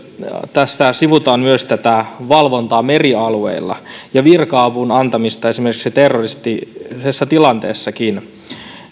sivutaan myös valvontaa merialueilla ja virka avun antamista esimerkiksi terroristisessa tilanteessakin